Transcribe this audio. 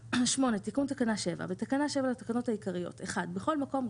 תיקון תקנה 7 8. בתקנה 7 לתקנות העיקריות - בכל מקום,